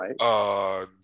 Right